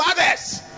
others